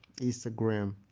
instagram